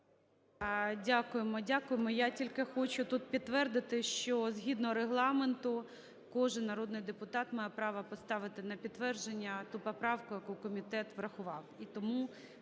Дякуємо. Дякуємо. Я тільки хочу тут підтвердити, що, згідно Регламенту, кожен народний депутат має право поставити на підтвердження ту поправку, яку комітет врахував.